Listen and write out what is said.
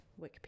Wikipedia